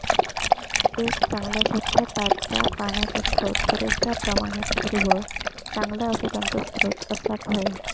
एक चांगला, स्वच्छ, ताज्या पाण्याचो स्त्रोत, पुरेश्या प्रमाणात हिरवळ, चांगल्या औषधांचो स्त्रोत असाक व्हया